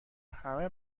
همه